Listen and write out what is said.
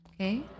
Okay